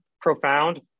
profound